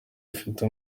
ifite